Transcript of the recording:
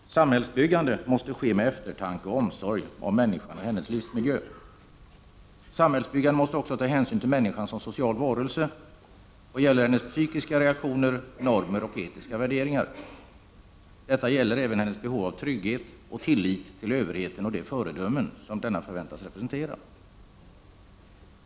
Herr talman! Samhällsbyggandet måste ske med eftertanke och med omsorg om människan och hennes livsmiljö. När det gäller samhällsbyggandet måste hänsyn också tas till människan som social varelse vad gäller hennes psykiska reaktioner, normer och etiska värderingar. Detta gäller även hennes behov av trygghet och tillit till överheten och de föredömen som denna förväntas representera.